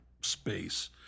space